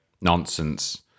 nonsense